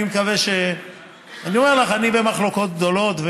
אני אומר לך שאני במחלוקות גדולות.